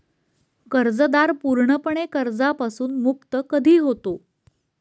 कर्जदार पूर्णपणे कर्जापासून मुक्त कधी होतो?